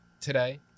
today